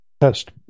test